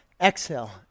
Exhale